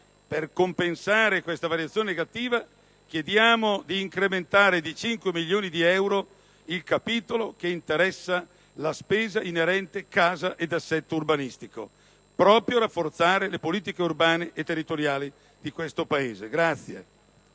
Per compensare questa variazione negativa, chiediamo di incrementare di 5 milioni di euro il capitolo che riguarda la spesa inerente alla casa e all'assetto urbanistico, proprio per rafforzare le politiche urbane e territoriali di questo Paese.